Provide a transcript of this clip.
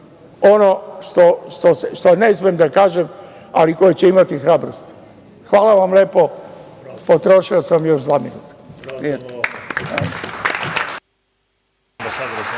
ono što ne smem da kažem, ali koje će imati hrabrost. Hvala vam lepo. Potrošio sam još dva minuta.